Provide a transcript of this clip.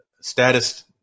status